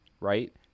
right